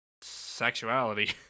sexuality